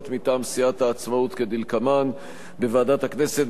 מטעם סיעת העצמאות כדלקמן: בוועדת הכנסת,